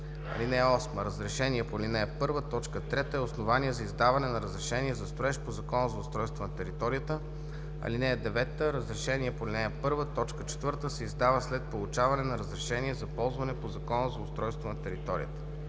(8) Разрешение по ал. 1, т. 3 е основание за издаване на разрешение за строеж по Закона за устройство на територията. (9) Разрешение по ал. 1, т. 4 се издава след получаване на разрешение за ползване по Закона за устройство на територията.“